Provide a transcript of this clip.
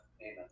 Amen